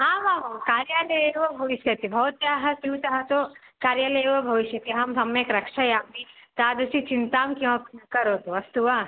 आमामां कार्यालये एव भविष्यति भवत्याः स्यूतः तु कार्यालये एव भविष्यति अहं सम्यक् रक्षयामि तादृशी चिन्ता किमपि न करोतु अस्तु वा